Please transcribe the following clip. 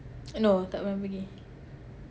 no tak pernah pergi